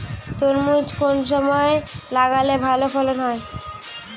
তরমুজ কোন সময় লাগালে ভালো ফলন হয়?